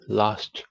last